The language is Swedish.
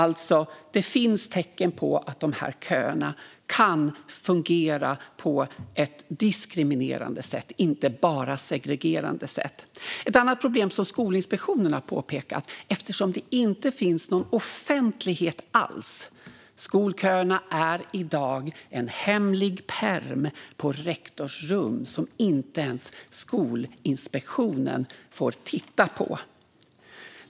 Det finns alltså tecken på att de här köerna kan fungera på ett diskriminerande sätt och inte bara på ett segregerande sätt. Ett annat problem som Skolinspektionen har påpekat är att det inte finns någon offentlighet alls. Skolköerna är i dag en hemlig pärm på rektorns rum som inte ens Skolinspektionen får titta på.